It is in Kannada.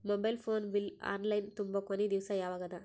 Mobile phone bill online ತುಂಬೊ ಕೊನಿ ದಿವಸ ಯಾವಗದ?